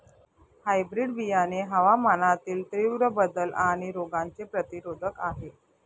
hybrid बियाणे हवामानातील तीव्र बदल आणि रोगांचे प्रतिरोधक आहे